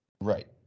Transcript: Right